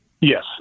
Yes